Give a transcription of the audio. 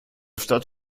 stadt